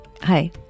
Hi